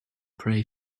pray